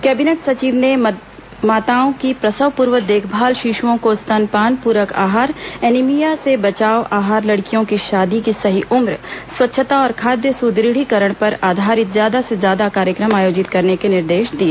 cabinet सचिव ने माताओं की प्रसव पूर्व देखभाल शिशुओं को र स्तनपान पूरक आहार एनीमिनिया से बचाव आहार लड़कियों की शादी की सही उम्र स्वच्छता और खाद्य सुद्र ढ़ीकरण पर आधारित ज्यादा से ज्यादा कार्यक्रम आयोजित करने के निर्देश दिए